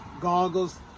goggles